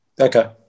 Okay